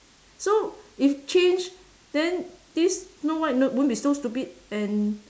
so if change then this snow white no won't be so stupid and